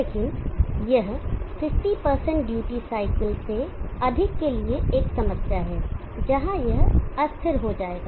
लेकिन यह 50 duty cycle से अधिक के लिए एक समस्या है जहां यह अस्थिर हो जाएगा